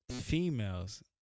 females